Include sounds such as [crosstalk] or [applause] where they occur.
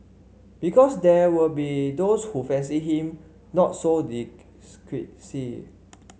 because there will be those who fancy him not so [unintelligible]